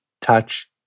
touch